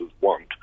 want